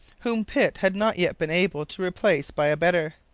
whom pitt had not yet been able to replace by a better.